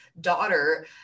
daughter